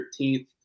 13th